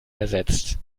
ersetzt